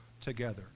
together